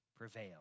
prevail